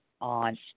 on